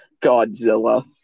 Godzilla